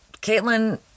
Caitlin